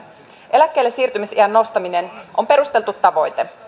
eläkkeellesiirtymisiän nostaminen on perusteltu tavoite